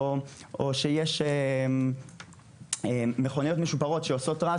או שיש מכוניות משופרות שעושות רעש,